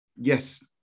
Yes